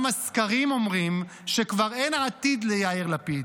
גם הסקרים אומרים שכבר אין עתיד ליאיר לפיד.